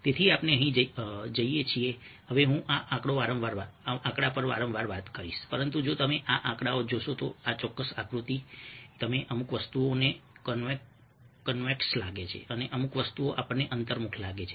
તેથી આપણે અહીં જઈએ છીએ હવે હું આ આંકડો વારંવાર વાત કરીશ પરંતુ જો તમે આ આંકડાઓ જુઓ આ ચોક્કસ આકૃતિ તો તમે જોશો કે અમુક વસ્તુઓ કન્વેક્સ લાગે છે અને અમુક વસ્તુઓ આપણને અંતર્મુખ લાગે છે